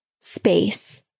space